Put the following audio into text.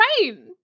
Rain